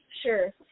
Sure